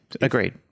agreed